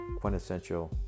quintessential